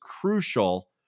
crucial